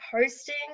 hosting